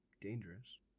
dangerous